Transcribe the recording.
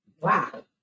wow